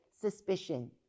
suspicion